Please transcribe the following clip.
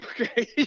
Okay